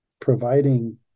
Providing